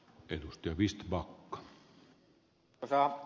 arvoisa herra puhemies